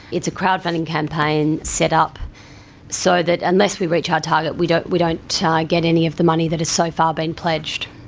it's a crowdfunding campaign set up so that unless we reach our target, we don't we don't get any of the money that has so far been pledged.